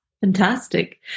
Fantastic